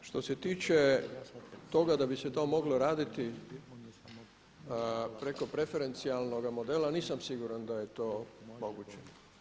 Što se tiče toga da bi se to moglo raditi preko preferencijalnoga modela nisam siguran da je to moguće.